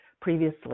previously